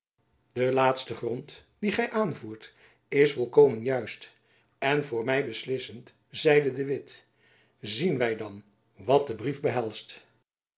de laatste grond dien gy aanvoert is volkomen juist en voor my beslissend zeide de witt zien wy dan wat de brief behelst